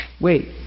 Wait